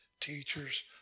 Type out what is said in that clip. teachers